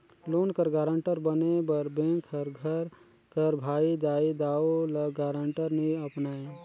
loan कर guarantor बने बर बेंक हर घर कर भाई, दाई, दाऊ, ल गारंटर नी अपनाए